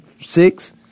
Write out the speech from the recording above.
six